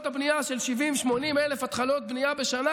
הבנייה של 70,000 80,000 התחלות בנייה בשנה,